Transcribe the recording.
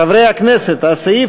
חברת הכנסת זהבה